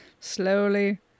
slowly